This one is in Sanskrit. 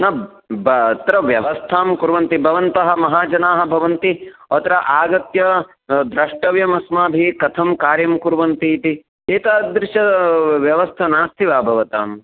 न ब अत्र व्यवस्थां कुर्वन्ति भवतः महाजनाः भवन्ति अत्र आगत्य द्रष्टव्यम् अस्माभिः कथं कार्यं कुर्वन्ति इति एतादृशी व्यवस्था नास्ति वा भवताम्